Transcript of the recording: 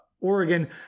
Oregon